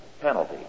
penalty